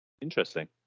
Interesting